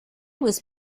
was